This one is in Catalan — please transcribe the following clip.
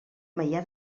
maià